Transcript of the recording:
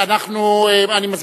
אדוני.